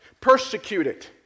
Persecuted